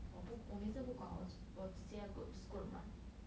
我不我每次不管我我姐姐的 go just go and run